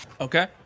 Okay